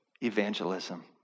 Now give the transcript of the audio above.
evangelism